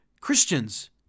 Christians